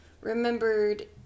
remembered